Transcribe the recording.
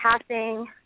passing